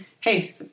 hey